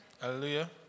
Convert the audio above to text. Hallelujah